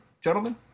gentlemen